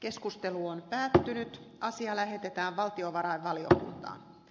keskustelu on päätetty asia lähetetään valtiovarainvaliokuntaan